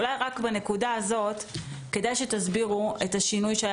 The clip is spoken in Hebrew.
אולי רק בנקודה הזאת כדאי שתסבירו את השינוי שהיה